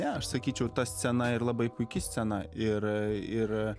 ne aš sakyčiau ta scena ir labai puiki scena ir ir